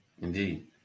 Indeed